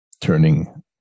turning